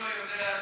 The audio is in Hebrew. יהושע יודע,